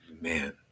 Man